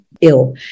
ill